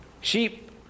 sheep